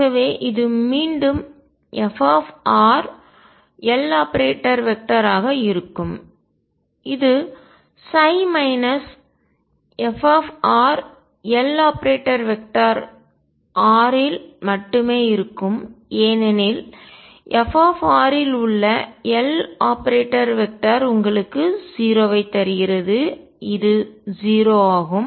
ஆகவே இது மீண்டும் fLoperator ராக இருக்கும் இது மைனஸ் frLoperator r இல் மட்டுமே இருக்கும் ஏனெனில் f இல் உள்ள Loperator உங்களுக்கு 0 தருகிறது இது 0 ஆகும்